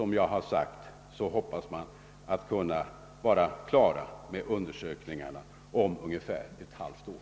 Man hoppas, som sagt, vara klar med undersökningarna om ungefär ett halvt år.